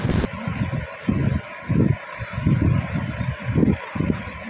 sustainable কৃষিকে টেকসই করার পদ্ধতি আছে